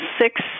six